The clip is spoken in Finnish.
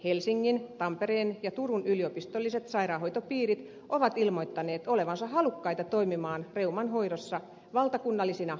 helsingin tampereen ja turun yliopistolliset sairaanhoitopiirit ovat ilmoittaneet olevansa halukkaita toimimaan reuman hoidossa valtakunnallisina osaamiskeskuksina